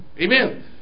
Amen